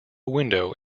window